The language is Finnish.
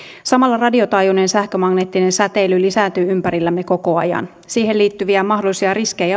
samalla radiotaajuinen sähkömagneettinen säteily lisääntyy ympärillämme koko ajan siihen liittyviä mahdollisia riskejä